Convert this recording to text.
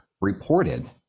reported